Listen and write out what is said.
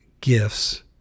gifts